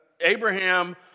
Abraham